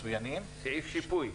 מצוינים --- סעיף שיפוי.